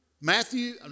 Matthew